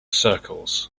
circles